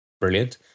brilliant